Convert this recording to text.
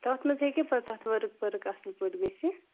تَتھ منٛز ہیٚکیٛاہ پَتہٕ ؤرٕک پٔرِٕک اَصٕل پٲٹھۍ گٔژھِتھ